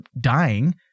dying